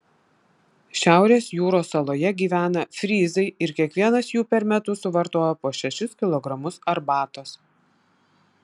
šiaurės jūros saloje gyvena fryzai ir kiekvienas jų per metus suvartoja po šešis kilogramus arbatos